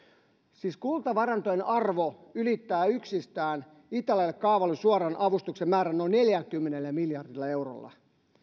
siis kultavarantojen arvo ylittää yksistään italialle kaavaillun suoraan avustuksen määrän noin neljälläkymmenellä miljardilla eurolla